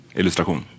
illustration